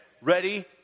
Ready